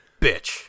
Bitch